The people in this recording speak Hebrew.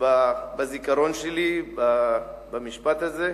בזיכרון שלי, במשפט הזה.